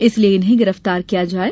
इसलिये उन्हें गिरफ्तार किया जाये